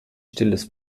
stilles